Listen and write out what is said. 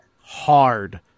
hard